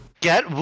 Get